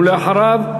ואחריו,